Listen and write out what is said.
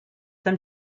them